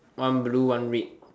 one blue one red